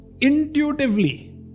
intuitively